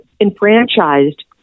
enfranchised